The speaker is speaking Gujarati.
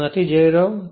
હું નથી જઈ રહ્યો